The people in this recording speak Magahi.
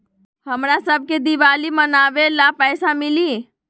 हमरा शव के दिवाली मनावेला पैसा मिली?